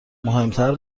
مهمتر